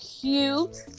cute